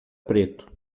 preto